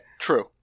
True